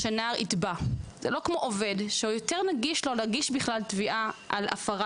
ובכלל בניגוד למצב שבו עובד יכול להגיש תביעה על הפרת